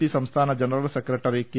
P സംസ്ഥാന general secretary K